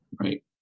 right